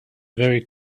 very